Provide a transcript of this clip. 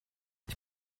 ich